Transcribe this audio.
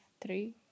three